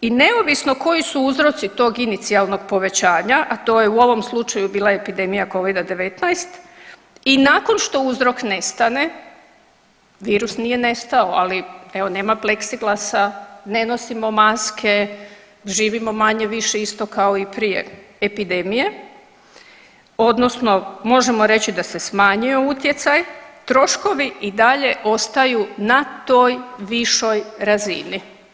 I neovisno koji su uzroci tog inicijalnog povećanja, a to je u ovom slučaju bila epidemija Covida-19 i nakon što uzrok nestane, virus nije nestao ali evo nema pleksiglasa, ne nosimo maske, živimo manje-više isto kao i prije epidemije odnosno možemo reći da se smanjio utjecaj troškovi i dalje ostaju na toj višoj razini.